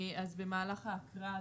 אז במהלך ההקראה,